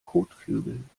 kotflügeln